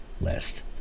list